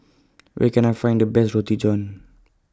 Where Can I Find The Best Roti John